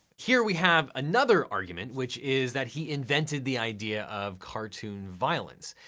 here we have another argument, which is that he invented the idea of cartoon violence.